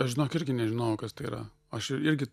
ir aš žinok irgi nežinojau kas tai yra aš irgi